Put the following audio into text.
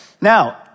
Now